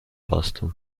boston